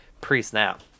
pre-snap